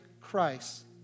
Christ